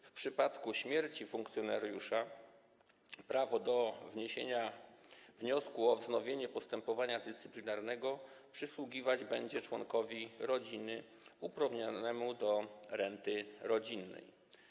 W przypadku śmierci funkcjonariusza prawo do wniesienia wniosku o wznowienie postępowania dyscyplinarnego przysługiwać będzie członkowi rodziny uprawnionemu do renty rodzinnej.